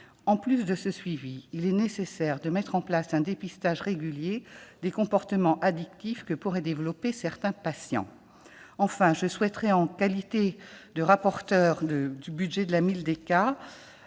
En plus de ce suivi, il est nécessaire de mettre en place un dépistage régulier des comportements addictifs que pourraient développer certains patients. Enfin, en ma qualité de rapporteur du budget de la mission